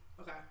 Okay